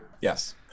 Yes